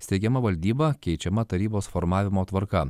steigiama valdyba keičiama tarybos formavimo tvarka